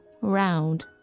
Round